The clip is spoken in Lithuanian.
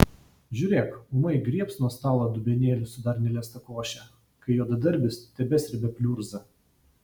žiūrėk ūmai griebs nuo stalo dubenėlį su dar neliesta koše kai juodadarbis tebesrebia pliurzą